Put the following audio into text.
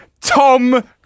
Tom